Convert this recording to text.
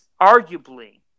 arguably